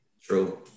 True